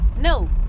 No